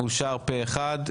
אושר פה אחד.